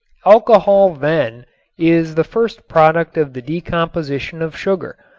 alcohol then is the first product of the decomposition of sugar,